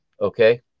Okay